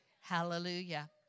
Hallelujah